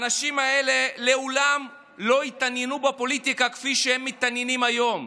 האנשים האלה לעולם לא התעניינו בפוליטיקה כפי שהם מתעניינים היום.